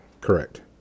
Correct